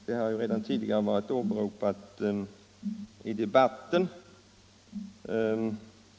Han har också citerat det i debatten.